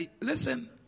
listen